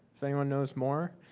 if anyone knows more?